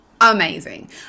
amazing